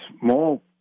small